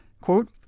Quote